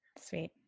Sweet